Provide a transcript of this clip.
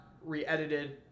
Re-edited